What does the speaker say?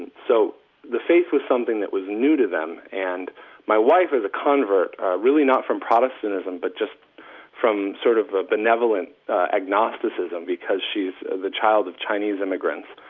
and so the faith was something that was new to them. and my wife is a convert really not from protestantism, but just from sort of a benevolent agnosticism, because she's the child of chinese immigrants.